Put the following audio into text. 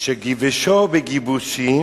"שגבשו בגבושים